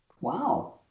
Wow